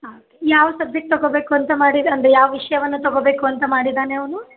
ಹಾಂ ಯಾವ ಸಬ್ಜೆಕ್ಟ್ ತಗೊಬೇಕು ಅಂತ ಮಾಡಿದ ಅಂದರೆ ಯಾವ ವಿಷಯವನ್ನ ತಗೊಬೇಕು ಅಂತ ಮಾಡಿದಾನೆ ಅವನು